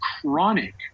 chronic